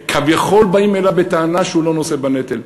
שכביכול באים אליו בטענה שהוא לא נושא בנטל.